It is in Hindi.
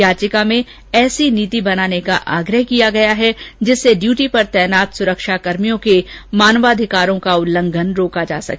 याचिका में ऐसी नीति बनाने का आग्रह किया गया है जिससे ड्यूटी पर तैनात सुरक्षाकर्मियों के मानवाधिकारों का उल्लंघन रोका जा सके